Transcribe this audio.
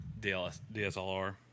DSLR